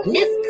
Miss